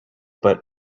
but